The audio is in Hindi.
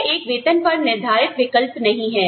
यह एक वेतन पर निर्धारित विकल्प नहीं है